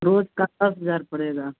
रोज का दस हजार पड़ेगा